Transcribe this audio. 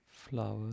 flower